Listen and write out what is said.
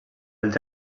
els